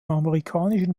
amerikanischen